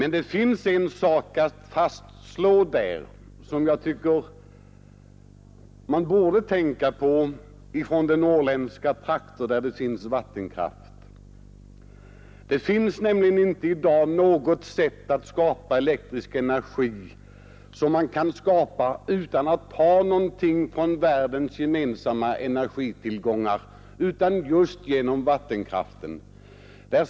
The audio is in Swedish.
— Nr 57 I den boken fastslås en sak, som jag tycker att man borde tänka på i Torsdagen den de norrländska trakter där det finns vattenkraft. Det finns nämligen i dag 13 april 1972 inte något sätt att skapa elektrisk energi utan att ta någonting från världens gemensamma energitillgångar, utom just genom vattenkraften.